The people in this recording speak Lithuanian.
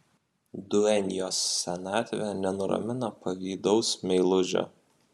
duenjos senatvė nenuramina pavydaus meilužio